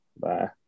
bye